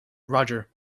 roger